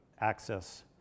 access